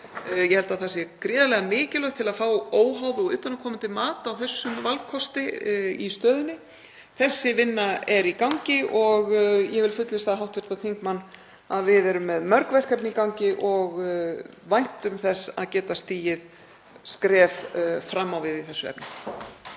ég held að það sé gríðarlega mikilvægt til að fá óháð og utanaðkomandi mat á þessum valkosti í stöðunni. Þessi vinna er í gangi og ég vil fullvissa hv. þingmann um að við erum með mörg verkefni í gangi og væntum þess að geta stigið skref fram á við í þessu efni.